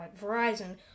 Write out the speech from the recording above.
Verizon